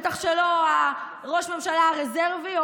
בטח שלא ראש הממשלה הרזרבי,